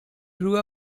grew